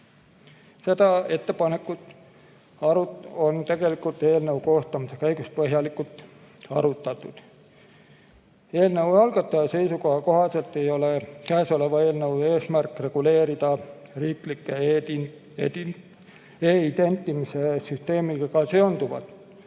Seda ettepanekut on eelnõu koostamise käigus põhjalikult arutatud. Eelnõu algataja seisukoha kohaselt ei ole käesoleva eelnõu eesmärk reguleerida riiklike e‑identimise süsteemidega seonduvat,